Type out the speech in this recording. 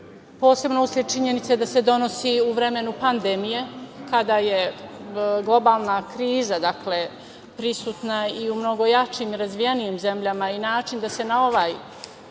posebno usled činjenice da se donosi u vreme pandemije, kada je globalna kriza prisutna i u mnogo jačim i razvijenijim zemljama. Način da se na ovaj